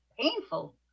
painful